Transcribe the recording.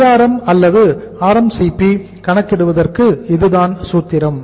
DRM அல்லது RMCP கணக்கிடுவதற்கு இதுதான் சூத்திரம்